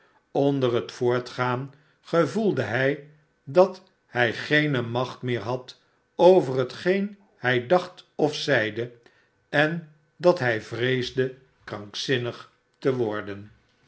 onder het voortgaan gevoelde hij dat hij geene macht meer had over hetgeen hij dacht of zeide en dat hij vreesde krankzinnig te worden